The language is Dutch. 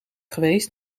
geweest